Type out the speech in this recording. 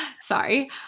Sorry